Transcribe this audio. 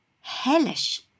hellish